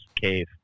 cave